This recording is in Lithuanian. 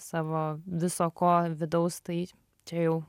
savo viso ko vidaus tai čia jau